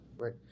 Right